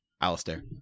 Alistair